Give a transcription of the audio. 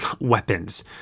weapons